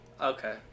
Okay